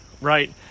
right